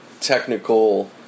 technical